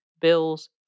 Bills